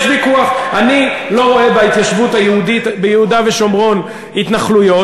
אני לא רואה בהתיישבות היהודית ביהודה ושומרון התנחלויות,